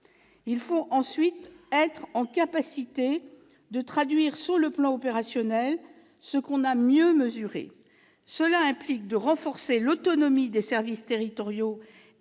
Il faut ensuite être en mesure de traduire sur le plan opérationnel ce qu'on a mieux mesuré. Cela implique de renforcer l'autonomie des services territoriaux